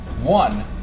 One